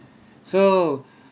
so